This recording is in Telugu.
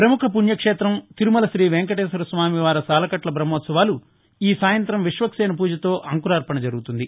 ప్రముఖ పుణ్యక్షేత్రం తిరుమల శ్రీ వెంకటేశ్వర స్వామి వారి సాలకట్ల బ్రహ్మోత్సవాలు ఈ సాయంతం విశ్వక్సేన ఫూజతో అంకురార్పణ జరుగుతుంది